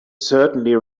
certainly